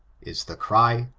is the cry,